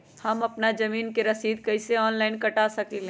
हम अपना जमीन के रसीद कईसे ऑनलाइन कटा सकिले?